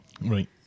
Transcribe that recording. Right